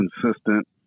consistent